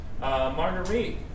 Marguerite